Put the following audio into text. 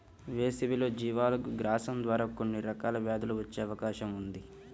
వేసవిలో జీవాలకు గ్రాసం ద్వారా కొన్ని రకాల వ్యాధులు వచ్చే అవకాశం ఉంది